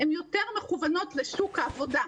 יותר מכוונות לשוק העבודה.